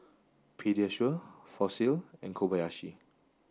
Pediasure Fossil and Kobayashi